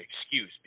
excuse